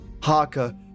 Harker